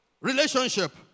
relationship